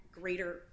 greater